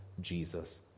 Jesus